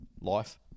Life